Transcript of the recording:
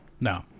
No